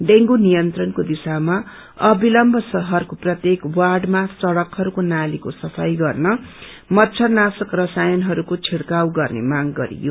dengue नियन्त्रणको दिशामा अविल्मब शहरको प्रत्येक वार्डमा सड़कहरूको नालीको सफाई गर्न मच्छरनाशक रसायनहरूको छिड़काउ गर्ने माग गरियो